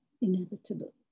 inevitable